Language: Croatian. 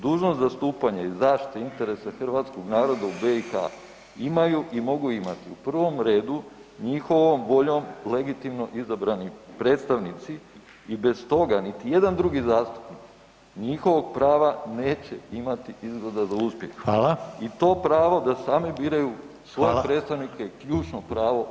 Dužnost zastupanja i zaštite interesa Hrvatskog naroda u BiH imaju i mogu imati u prvom redu njihovom voljom legitimno izabrani predstavnici i bez toga niti jedan drugi zastupnik njihovog prava neće imati izgleda za uspjeh [[Upadica Reiner: Hvala.]] I to pravo da sami biraju svoje predstavnike je ključno pravo.